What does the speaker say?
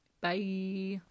Bye